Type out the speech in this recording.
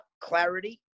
clarity